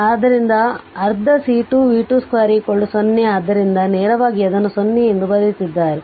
ಆದ್ದರಿಂದ ಅರ್ಧ C2 v22 0 ಆದ್ದರಿಂದ ನೇರವಾಗಿ ಅದನ್ನು 0 ಎಂದು ಬರೆಯುತ್ತಿದ್ದಾರೆ